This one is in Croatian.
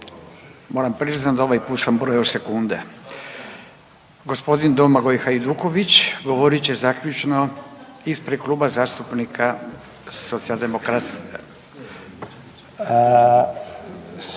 Moram priznati da ovaj put sam brojao sekunde. Gospodin Domagoj Hajduković govorit će zaključno ispred Kluba zastupnika Socijaldemokrata,